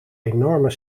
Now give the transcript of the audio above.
enorme